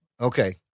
Okay